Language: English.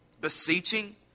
beseeching